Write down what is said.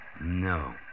No